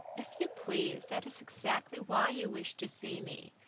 if you please, that is exactly why you wish to see me.